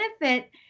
benefit